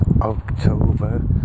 October